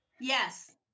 Yes